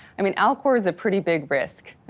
i mean, alcor is a pretty big risk,